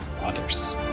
others